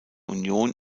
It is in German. union